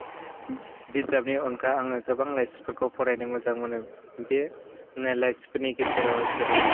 बिजाबनि अनगा आं गोबां लाइसिफोरखौ फरायनो मोजां मोनो बे लाइसिफोरनि गेजेराव जेरै